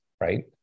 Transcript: right